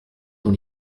dans